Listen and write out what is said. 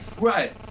Right